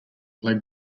play